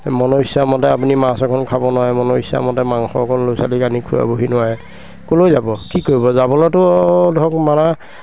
মনৰ ইচ্ছামতে আপুনি মাছ এখন খাব নোৱাৰে মনৰ ইচ্ছামতে মাংস অকণ ল'ৰা ছোৱালীক আনি খোৱাবহি নোৱাৰে ক'লৈ যাব কি কৰিব যাবলৈতো আৰু ধৰক মানা